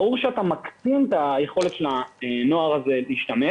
ברור שאתה מקטין את היכולת של הנוער הזה להשתמש.